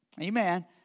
Amen